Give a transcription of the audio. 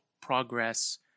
progress